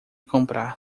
comprar